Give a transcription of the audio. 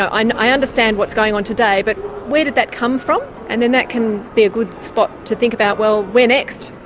i understand what's going on today, but where did that come from? and that can be a good spot to think about, well, where next?